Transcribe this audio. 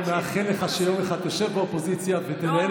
אני מאחל לך שיום אחד תשב באופוזיציה ותנהל